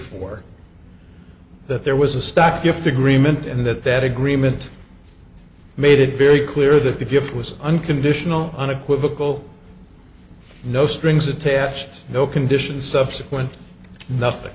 four that there was a stock gift agreement and that that agreement made it very clear that the gift was unconditional unequivocal no strings attached no conditions subsequent nothing